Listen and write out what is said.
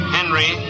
Henry